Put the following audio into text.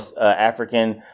African